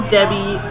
Debbie